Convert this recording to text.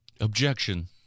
Objection